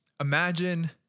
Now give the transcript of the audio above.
imagine